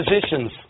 positions